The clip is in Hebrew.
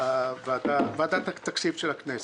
ועדת התקציב של הכנסת.